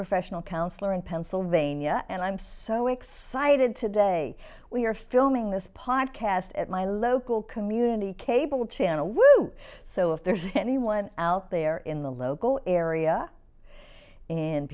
professional counselor in pennsylvania and i'm so excited today we are filming this podcast at my local community cable channel woo so if there's anyone out there in the local area